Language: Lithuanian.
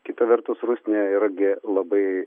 kita vertus rusnė irgi labai